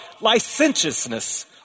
licentiousness